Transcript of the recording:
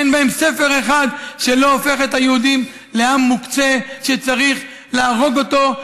אין בהם ספר אחד שלא הופך את היהודים לעם מוקצה שצריך להרוג אותו.